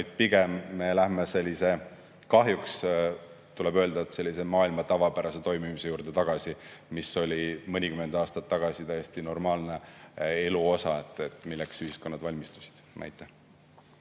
vaid pigem me läheme, kahjuks tuleb öelda, maailma tavapärase toimimise juurde tagasi, mis oli mõnikümmend aastat tagasi täiesti normaalne elu osa, milleks ühiskonnad valmistusid. Aitäh!